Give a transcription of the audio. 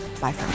Bye